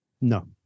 no